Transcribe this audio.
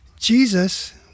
Jesus